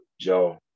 Joe